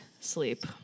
sleep